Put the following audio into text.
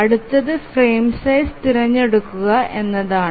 അടുത്തത് frame size തിരഞ്ഞെടുക്കുക എന്നതാണ്